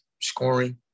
scoring